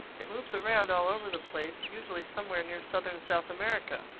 it moves around all over the place usually somewhere near southern south america.